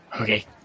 Okay